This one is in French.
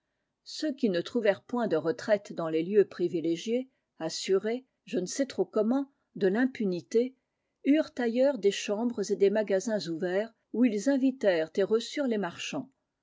ceux qui ne trouvèrent point de retraite dans les lieux privilégiés assurés je ne sais trop comment de l'impunité eurent ailleurs des chambres et des magasins ouverts où ils invitèrent et reçurent les marchands